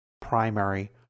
primary